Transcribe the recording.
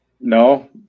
no